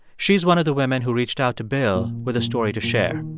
she's one of the women who reached out to bill with a story to share.